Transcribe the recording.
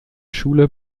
schule